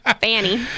Fanny